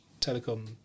Telecom